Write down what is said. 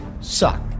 suck